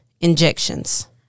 injections